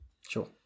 Sure